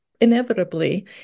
inevitably